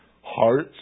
hearts